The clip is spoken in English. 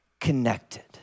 connected